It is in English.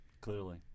clearly